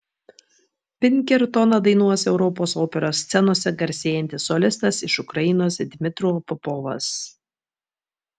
pinkertoną dainuos europos operos scenose garsėjantis solistas iš ukrainos dmytro popovas